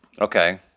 Okay